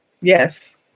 Yes